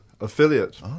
affiliate